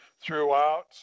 throughout